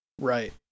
Right